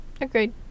Agreed